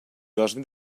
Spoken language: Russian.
должны